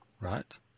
Right